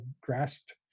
grasped